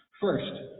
First